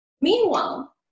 Meanwhile